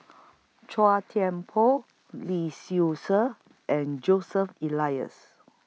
Chua Thian Poh Lee Seow Ser and Joseph Elias